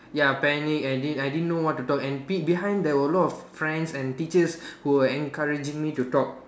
ya panic and didn't I didn't know what to talk and pin~ behind there were a lot of friends and teachers who are encouraging me to talk